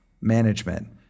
management